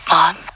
Mom